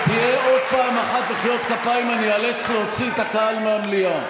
אם יהיו עוד פעם אחת מחיאות כפיים אני איאלץ להוציא את הקהל מהמליאה.